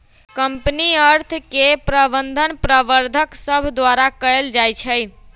company अर्थ के प्रबंधन प्रबंधक सभ द्वारा कएल जाइ छइ